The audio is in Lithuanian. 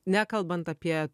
nekalbant apie